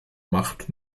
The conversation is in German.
macht